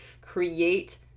Create